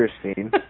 Christine